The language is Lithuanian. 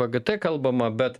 vgt kalbama bet